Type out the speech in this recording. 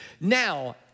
now